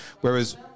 Whereas